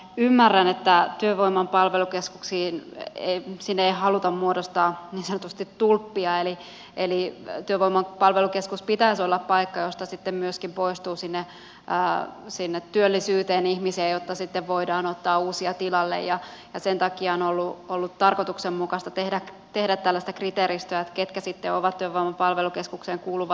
ymmärrän että työvoiman palvelukeskuksiin ei haluta muodostaa niin sanotusti tulppia eli työvoiman palvelukeskuksen pitäisi olla paikka josta sitten myöskin poistuu sinne työllisyyteen ihmisiä jotta sitten voidaan ottaa uusia tilalle ja sen takia on ollut tarkoituksenmukaista tehdä tällaista kriteeristöä ketkä sitten ovat työvoiman palvelukeskukseen kuuluvat asiakkaat